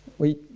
we